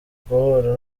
guhura